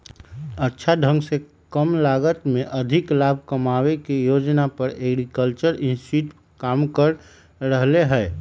अच्छा ढंग से कम लागत में अधिक लाभ कमावे के योजना पर एग्रीकल्चरल इंस्टीट्यूट काम कर रहले है